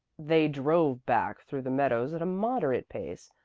they drove back through the meadows at a moderate pace,